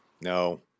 No